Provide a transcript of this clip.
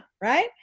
right